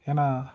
ஏன்னா